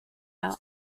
out